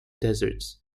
desserts